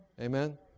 Amen